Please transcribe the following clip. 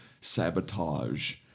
sabotage